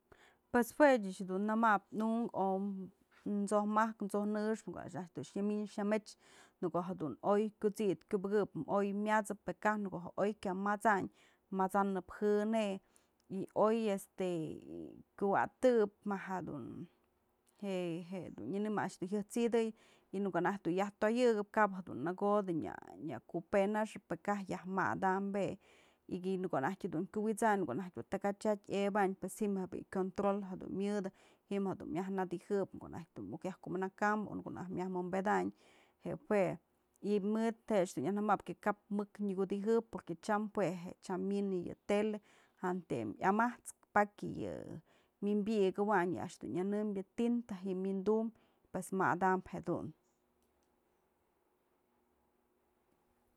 Pues jue ëch dun namap nukë o t'sojmajk, t'sojnëx në ko'o naj dun nyëmyn nyëmech, në ko'o jedun oy kyut'sid kyubëkëp oy myasëp, në ko'o je oy kya mat'sayn mat'sanëp jën je'e y oy este kuwa'atëp ma jëdun je je dun nyënembë a'ax dun jyat'sidëyën y në ko'o naj dun yajtoyëkëb kap jedun në nëkodë nya kupenaxëp pë kaj yaj madam je'e y në ko'o naj dun kyuwi'isany, në ko'o naj dun takachat yebanyë pues ji'im je bi'i kyontrol jedun myëdë ji'im jedun myaj nëdyjëp ko'o najtyë dun muk yaj kumanakambë o në ko'o naj myajwei'inpedany je jue y mëd je'e ëch dun nyaj nëmab que kap mëk nyëkudijëp tyam jue yë tyam mymnë yë tele, jantëm yamaskë pakya yë wynbi'iyëkëwayn yë a'ax dun nyënëmbyë tinta ji'im wyndum pues madam jedun.